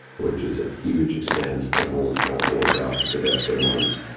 which is a huge expanse that holds all four thousand cadets at once.